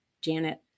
Janet